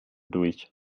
durch